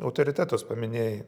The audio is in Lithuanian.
autoritetus paminėjai